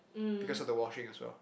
because of the washing as well